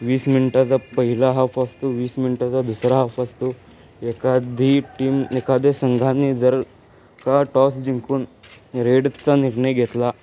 वीस मिनटाचा पहिला हाफ असतो वीस मिनटाचा दुसरा हाफ असतो एखादी टीम एखाद्या संघाने जर का टॉस जिंकून रेडचा निर्णय घेतला